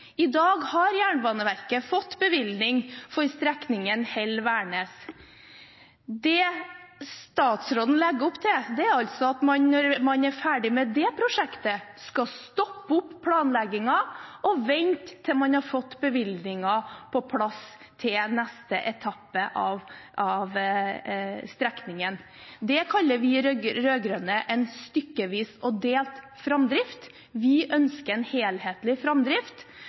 I dag har Jernbaneverket fått bevilgning for strekningen Hell–Værnes. Det statsråden legger opp til, er altså at man når man er ferdig med det prosjektet, skal stoppe opp planleggingen og vente til man har fått bevilgninger på plass til neste etappe av strekningen. Det kaller vi rød-grønne en stykkevis og delt framdrift. Vi ønsker en helhetlig framdrift,